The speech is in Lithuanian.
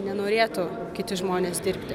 nenorėtų kiti žmonės dirbti